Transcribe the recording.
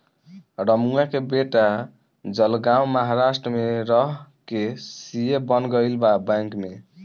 रमुआ के बेटा जलगांव महाराष्ट्र में रह के सी.ए बन गईल बा बैंक में